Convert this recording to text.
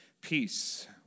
peace